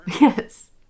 yes